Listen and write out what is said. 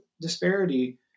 disparity